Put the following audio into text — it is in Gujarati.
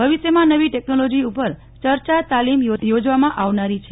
ભવિષ્યમાં નવી ટેકનોલોજી ઉપર ચર્ચા તાલીમ યોજવામાં આવનારી છે